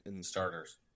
Starters